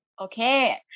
Okay